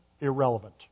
irrelevant